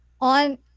on